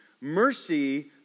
mercy